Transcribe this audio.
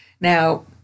Now